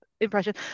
impression